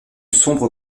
sombre